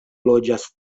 loĝas